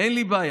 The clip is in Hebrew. אין לי בעיה,